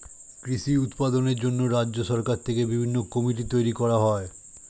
কৃষি উৎপাদনের জন্য রাজ্য সরকার থেকে বিভিন্ন কমিটি তৈরি করা হয়